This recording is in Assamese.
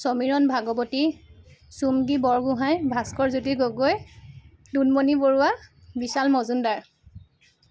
সমীৰণ ভাগৱতী চুমকি বৰগোহাঁই ভাস্কৰ জ্যোতি গগৈ টুনমণি বৰুৱা বিশাল মজুমদাৰ